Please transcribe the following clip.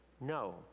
No